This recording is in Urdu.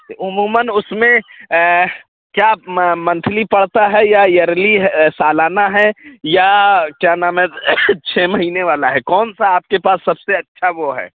عموماً اس میں کیا منتھلی پڑتا ہے یا ایئرلی سالانہ ہے یا کیا نام ہے چھ مہینے والا ہے کون سا آپ کے پاس سب سے اچھا وہ ہے